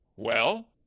well?